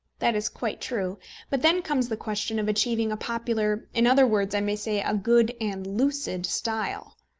that is quite true but then comes the question of achieving a popular in other words, i may say, a good and lucid style.